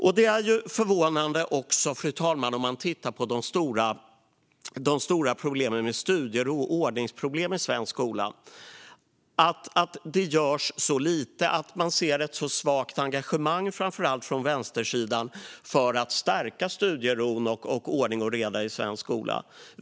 Fru talman! När man tittar på de stora problemen med studiero och ordning i svensk skola är det förvånande att det görs så lite och att man ser ett så svagt engagemang, framför allt från vänstersidan, för att stärka studieron samt ordning och reda i svensk skola.